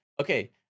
okay